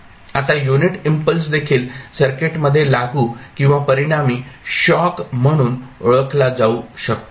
आता unit impulse देखील सर्किटमध्ये लागू किंवा परिणामी शॉक म्हणून ओळखला जाऊ शकतो